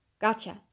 Gotcha